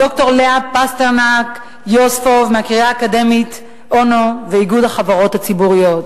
ד"ר לאה פסרמן-יוזפוב מהקריה האקדמית אונו ואיגוד החברות הציבוריות.